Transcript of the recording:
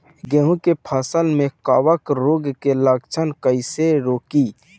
गेहूं के फसल में कवक रोग के लक्षण कईसे रोकी?